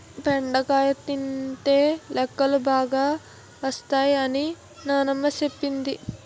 బెండకాయ తినితే లెక్కలు బాగా వత్తై అని నానమ్మ సెప్పింది